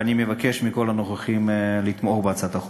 אני מבקש מכל הנוכחים לתמוך בהצעת החוק.